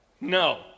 No